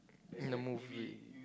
in the movie